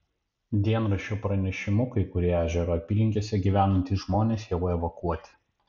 dienraščio pranešimu kai kurie ežero apylinkėse gyvenantys žmonės jau evakuoti